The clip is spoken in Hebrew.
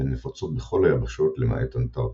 והן נפוצות בכל היבשות למעט אנטארקטיקה.